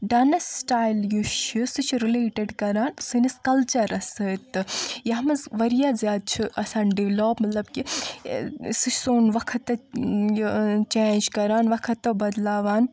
dance style یُس چھُ سُہ چھُ رِلیٹِڈ کران سٲنِس کلچَرس سۭتۍ تہٕ یتھ منٛز وارِیاہ زیادٕ چھِ آسان ڈے لاب مطلب کہِ سُہ چھُ سون وقت تہِ چیٚنج کران وقت تہِ بدلاوان